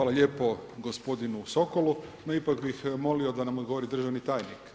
Hvala lijepo gospodinu Sokolu, no ipak bih molio da nam odgovori državni tajnik.